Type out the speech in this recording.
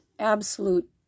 absolute